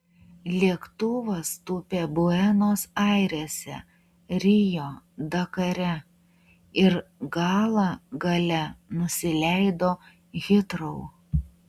lėktuvas tūpė buenos airėse rio dakare ir galą gale nusileido hitrou